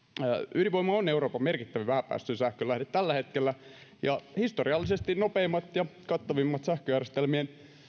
ydinvoima on euroopan merkittävin vähäpäästöinen sähkönlähde tällä hetkellä ja historiallisesti nopeimmat ja kattavimmat sähköjärjestelmien